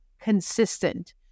consistent